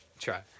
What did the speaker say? Try